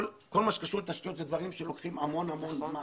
כל מה שקשור לתשתיות, אלה דברים שלוקחים המון זמן.